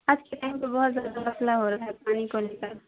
آج کے ٹائم پہ بہت زیادہ مسئلہ ہو رہا ہے پانی کو لے کر